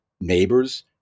neighbors